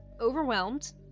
overwhelmed